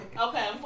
okay